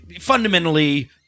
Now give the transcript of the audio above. fundamentally